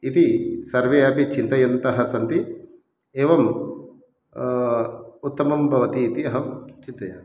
इति सर्वे अपि चिन्तयन्तः सन्ति एवम् उत्तमं भवतीति अहं चिन्तयामि